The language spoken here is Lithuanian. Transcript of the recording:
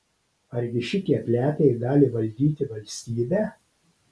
argi šitie plepiai gali valdyti valstybę